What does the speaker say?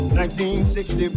1960